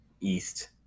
East